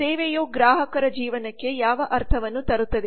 ಸೇವೆಯು ಗ್ರಾಹಕರ ಜೀವನಕ್ಕೆ ಯಾವ ಅರ್ಥವನ್ನು ತರುತ್ತದೆ